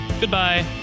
Goodbye